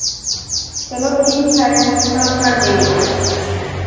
चलो ठीक है हम कर देंगे